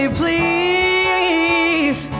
please